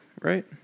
right